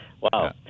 Wow